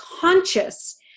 conscious